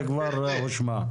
זה כבר הושמע.